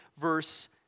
verse